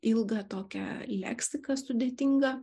ilgą tokią leksiką sudėtingą